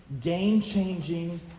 game-changing